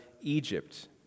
Egypt